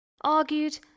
argued